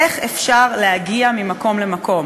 איך אפשר להגיע ממקום למקום?